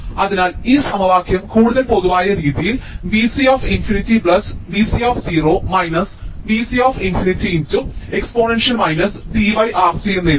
അതിനാൽ ഈ സമവാക്യം കൂടുതൽ പൊതുവായ രീതിയിൽ Vc∞ Vc V c∞ × exponential t R C എന്ന് എഴുതാം